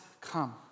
come